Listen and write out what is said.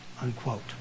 unquote